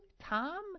Tom